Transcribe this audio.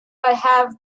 have